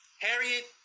Harriet